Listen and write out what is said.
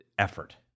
effort